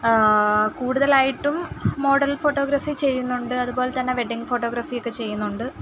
കൂടുതലായിട്ടും model photography ചെയ്യുന്നുണ്ട് അതുപോലെ തന്നെ വെഡ്ഡിങ്ങ് ഫോട്ടോഗ്രഫി ഒക്കെ ചെയ്യുന്നുണ്ട്